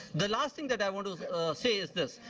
the last thing that i want to say is this.